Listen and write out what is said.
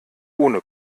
ohne